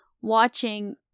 watching